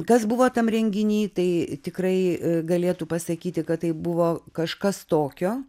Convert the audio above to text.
kas buvo tam renginy tai tikrai galėtų pasakyti kad tai buvo kažkas tokio